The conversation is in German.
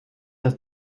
das